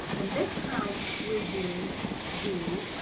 and this time we're doing the